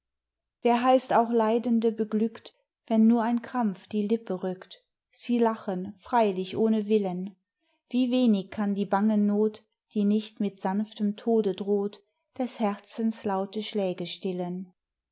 wer heißt auch leidende beglückt wenn nur ein krampf die lippe rückt sie lachen freilich ohne willen wie wenig kann die bange noth die nicht mit sanftem tode droht des herzens laute schläge stillen